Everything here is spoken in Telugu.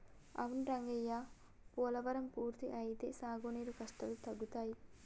అవును రంగయ్య పోలవరం పూర్తి అయితే సాగునీరు కష్టాలు తగ్గుతాయి